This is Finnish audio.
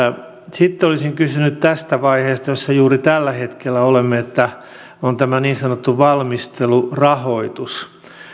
sitten olisin kysynyt tästä vaiheesta jossa juuri tällä hetkellä olemme on tämä niin sanottu valmistelurahoitus